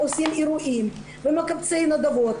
עושים אירועים ומקבצים נדבות.